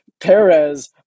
Perez